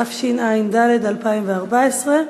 התשע"ד 2014,